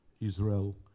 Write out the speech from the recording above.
Israel